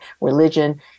religion